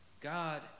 God